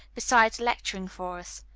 besides lecturing for us.